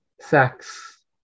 sex